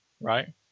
right